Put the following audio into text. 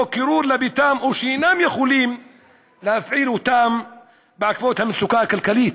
קירור לביתם או אינם יכולים להפעיל אותם בעקבות המצוקה הכלכלית.